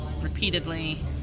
repeatedly